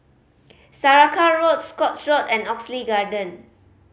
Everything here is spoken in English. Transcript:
Saraca Road Scotts Road and Oxley Garden